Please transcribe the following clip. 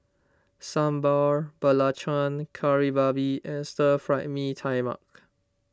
Sambal Belacan Kari Babi and Stir Fry Mee Tai Mak